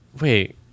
wait